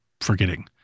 forgetting